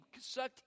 sucked